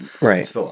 Right